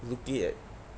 looking at